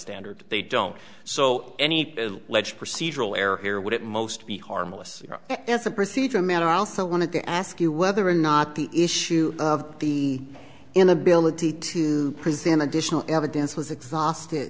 standard they don't so any ledge procedural error here would it most be harmless as a procedural matter i also wanted to ask you whether or not the issue of the inability to presume additional evidence was exhausted